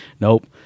nope